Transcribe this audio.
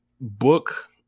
book